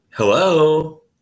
Hello